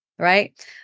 Right